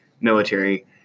military